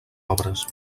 obres